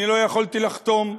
אני לא יכולתי לחתום,